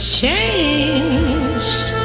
changed